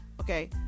Okay